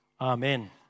Amen